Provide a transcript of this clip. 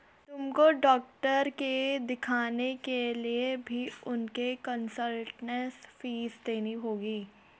तुमको डॉक्टर के दिखाने के लिए भी उनको कंसलटेन्स फीस देनी होगी